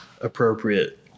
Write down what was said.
appropriate